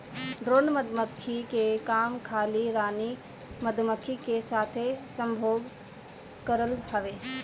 drone मधुमक्खी के काम खाली रानी मधुमक्खी के साथे संभोग करल हवे